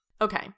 Okay